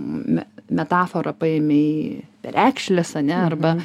metafora paėmei perekšlės ane arba